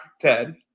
Ted